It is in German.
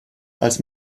als